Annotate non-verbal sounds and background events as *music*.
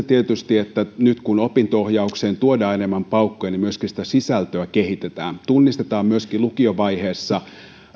*unintelligible* tietysti että nyt kun opinto ohjaukseen tuodaan enemmän paukkuja niin myöskin sitä sisältöä kehitetään tunnistetaan myöskin lukiovaiheessa